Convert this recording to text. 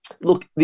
Look